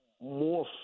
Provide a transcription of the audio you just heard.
more